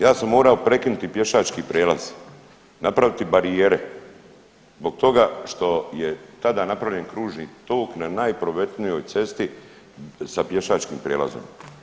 Ja sam morao prekinuti pješački prijelaz, napraviti barijere zbog toga što je tada napravljen kružni tok na najprometnijoj cesti sa pješačkim prijelazom.